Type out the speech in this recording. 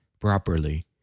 properly